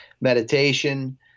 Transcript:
meditation